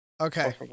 Okay